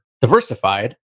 diversified